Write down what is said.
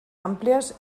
àmplies